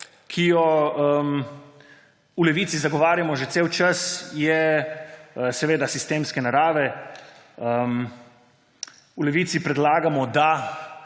ki jo v Levici zagovarjamo že ves čas, je seveda sistemske narave. V Levici predlagamo, da